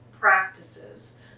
practices